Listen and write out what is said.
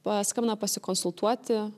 paskambina pasikonsultuoti